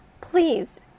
please